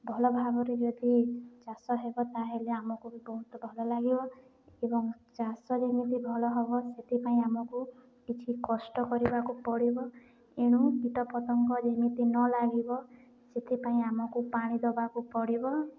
ଭଲ ଭାବରେ ଯଦି ଚାଷ ହେବ ତାହେଲେ ଆମକୁ ବି ବହୁତ ଭଲ ଲାଗିବ ଏବଂ ଚାଷ ଯେମିତି ଭଲ ହବ ସେଥିପାଇଁ ଆମକୁ କିଛି କଷ୍ଟ କରିବାକୁ ପଡ଼ିବ ଏଣୁ କୀଟପତଙ୍ଗ ଯେମିତି ନ ଲାଗିବ ସେଥିପାଇଁ ଆମକୁ ପାଣି ଦବାକୁ ପଡ଼ିବ